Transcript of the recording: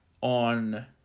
on